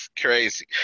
crazy